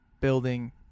building